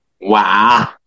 Wow